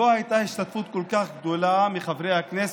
לא הייתה השתתפות כל כך גדולה של חברי הכנסת,